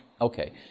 Okay